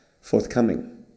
forthcoming